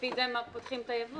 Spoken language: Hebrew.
לפי זה הם פותחים את הייבוא.